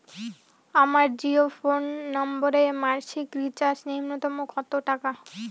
আমার জিও ফোন নম্বরে মাসিক রিচার্জ নূন্যতম কত টাকা?